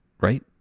right